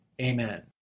Amen